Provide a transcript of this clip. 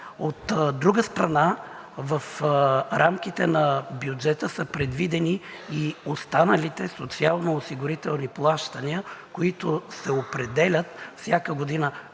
От друга страна, в рамките на бюджета са предвидени и останалите социалноосигурителни плащания, които се определят всяка година